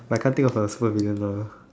but I can't think of a supervillain now